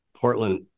Portland